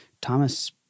Thomas